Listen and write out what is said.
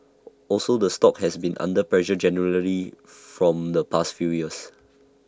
also the stock has been under pressure generally from the past few years